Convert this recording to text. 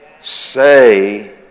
say